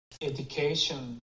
Education